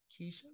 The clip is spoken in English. keisha